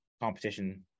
competition